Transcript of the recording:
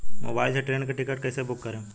Mobile से train के ticket कैसे बूक करेम?